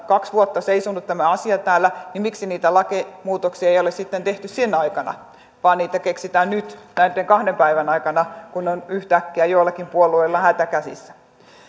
kaksi vuotta seisonut täällä miksi niitä lakimuutoksia ei ole sitten tehty sen aikana vaan niitä keksitään nyt näitten kahden päivän aikana kun on yhtäkkiä jollakin puolueella hätä käsissä